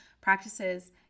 Practices